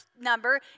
number